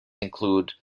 include